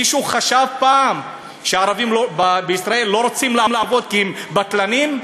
מישהו חשב פעם שהערבים בישראל לא רוצים לעבוד כי הם בטלנים?